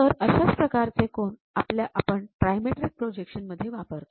तर अशा प्रकारचे कोन आपण ट्रायमेट्रिक प्रोजेक्शन मध्ये वापरतो